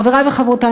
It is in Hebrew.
חברי וחברותי,